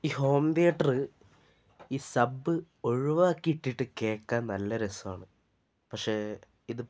ഈ home theatre ഈ sub ഒഴിവാക്കി ഇട്ടിട്ട് കേൾക്കാൻ നല്ല രസമാണ് പക്ഷേ ഇത്